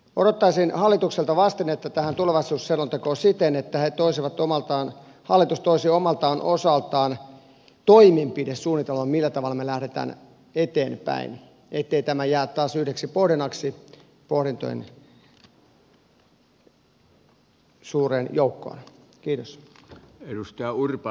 odottaisin hallitukselta vastinetta tähän tulevaisuusselontekoon siten että hallitus toisi omalta osaltaan toimenpidesuunnitelman millä tavalla me lähdemme eteenpäin ettei tämä jää taas yhdeksi pohdinnaksi pohdintojen suureen joukkoon